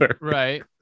right